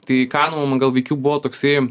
tai kanum gal veikiau buvo toksai